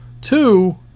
two